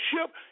ship